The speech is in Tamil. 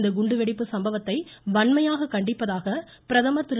இந்த குண்டுவெடிப்பு சம்பவத்தை வன்மையாக கண்டிப்பதாக பிரதமர் திரு